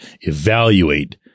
evaluate